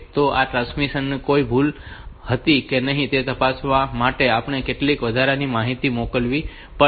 તો આ ટ્રાન્સમિશન માં કોઈ ભૂલ હતી કે નહીં તે તપાસવા માટે આપણે કેટલીક વધારાની માહિતી મોકલવી પડશે